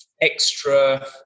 extra